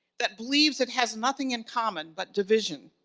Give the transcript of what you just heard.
that believes it has nothing in common but division,